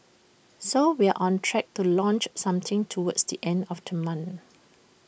so we are on track to launch sometime towards the end of the month